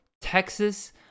Texas